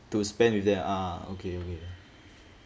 to spend with them ah okay okay